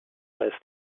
ist